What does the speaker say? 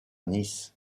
nice